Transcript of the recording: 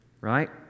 Right